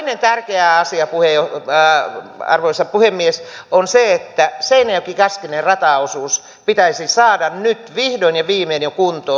toinen tärkeä asia arvoisa puhemies on se että seinäjokikaskinen rataosuus pitäisi saada nyt vihdoin ja viimein jo kuntoon